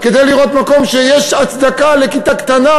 כדי לראות מקום שיש הצדקה לכיתה קטנה,